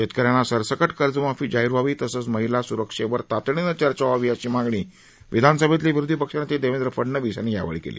शेतकऱ्यांना सरसकट कर्जमाफी जाहीर व्हावी तसंच महिला सुरक्षेवर तातडीनं चर्चा व्हावी अशी मागणी विधानसभेतील विरोधी पक्षनेते देवेंद्र फडनविस यांनी यावेळी केली